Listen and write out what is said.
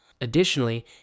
Additionally